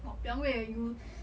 !wahpiang! eh you